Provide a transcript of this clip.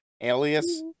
Alias